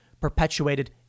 perpetuated